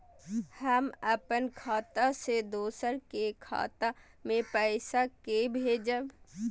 हम अपन खाता से दोसर के खाता मे पैसा के भेजब?